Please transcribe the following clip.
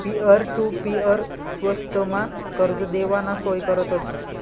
peer to peer स्वस्तमा कर्ज देवाना सोय करतस